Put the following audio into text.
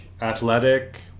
athletic